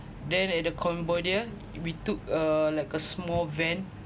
then at the cambodia we took uh like a small van